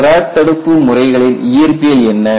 crack தடுப்பு முறைகளின் இயற்பியல் என்ன